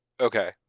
Okay